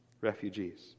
Refugees